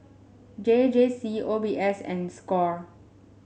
J J C O B S and Score